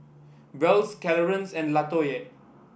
Wells Clarance and Latoyia